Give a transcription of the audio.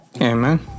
Amen